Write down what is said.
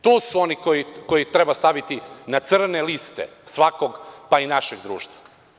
To su oni koje treba staviti na crne liste, svakog, pa i našeg društva.